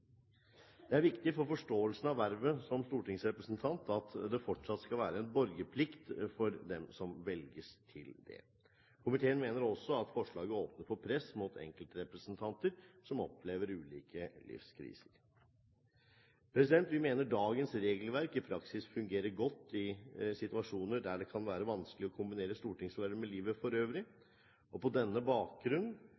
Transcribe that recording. at det fortsatt skal være en borgerplikt for dem som velges til det. Komiteen mener også at forslaget åpner for press mot enkeltrepresentanter som opplever ulike livskriser. Vi mener dagens regelverk i praksis fungerer godt i situasjoner der det kan være vanskelig å kombinere stortingsvervet med livet for øvrig. På denne bakgrunn er det en samlet komité som anbefaler at det fremlagte forslaget, samtlige alternativer, ikke bifalles. For øvrig